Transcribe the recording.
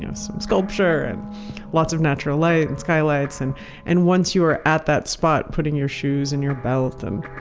you know some sculpture and lots of natural light and skylights. and and once you are at that spot, putting your shoes and your belt and